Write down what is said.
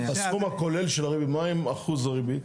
הסכום הכולל של, מה עם אחוז הריבית?